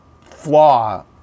flaw